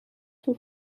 طول